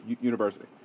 University